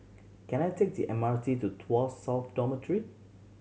can I take the M R T to Tuas South Dormitory